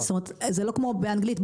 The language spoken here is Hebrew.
זה לא כמו באנגלית,